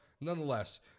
nonetheless